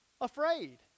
Afraid